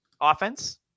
offense